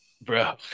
bro